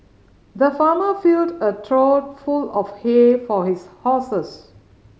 the farmer filled a trough full of hay for his horses